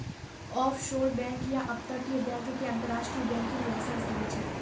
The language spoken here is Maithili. ऑफशोर बैंक या अपतटीय बैंक के अंतरराष्ट्रीय बैंकिंग लाइसेंस रहै छै